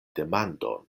demandon